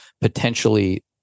potentially